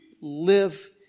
live